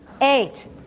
eight